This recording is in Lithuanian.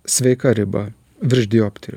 sveika riba virš dioptrijų